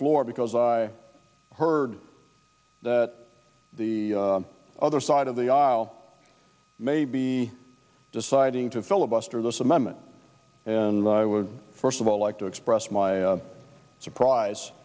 floor because i heard that the other side of the aisle may be deciding to filibuster this amendment and i would first of all like to express my surprise